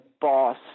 boss